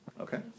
Okay